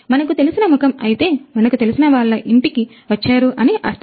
మనకు తెలిసిన ముఖము అయితే మనకు తెలిసిన వాళ్ళ ఇంటికి వచ్చారు అని అర్థం